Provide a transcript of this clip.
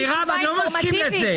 מירב, אני לא מסכים לזה.